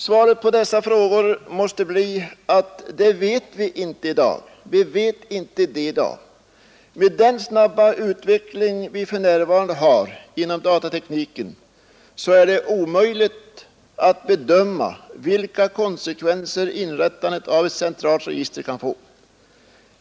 Svaret på dessa frågor måste bli att vi i dag inte vet detta. Med den snabba utveckling vi för närvarande har inom datatekniken är det omöjligt att bedöma vilka konsekvenser inrättandet av ett centralt register kan få.